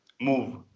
move